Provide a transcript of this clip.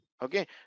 Okay